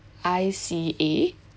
I C A